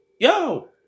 yo